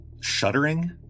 shuddering